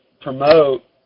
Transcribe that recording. promote